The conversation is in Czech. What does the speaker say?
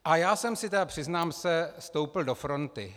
A já jsem si tedy, přiznám se, stoupl do fronty.